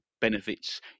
benefits